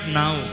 now